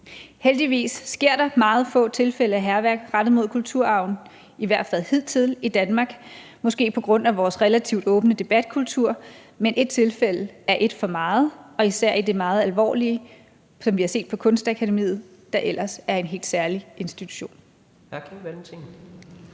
Heldigvis er der meget få tilfælde af hærværk rettet mod kulturarven, i hvert fald hidtil i Danmark – måske på grund af vores relativt åbne debatkultur – men ét tilfælde er ét for meget, især i det meget alvorlige tilfælde, vi har set på Kunstakademiet, der ellers er en helt særlig institution.